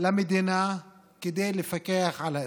למדינה כדי לפקח על האזרחים.